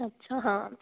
अच्छा हाँ